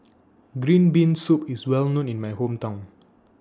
Green Bean Soup IS Well known in My Hometown